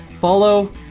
follow